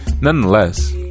nonetheless